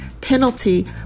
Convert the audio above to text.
penalty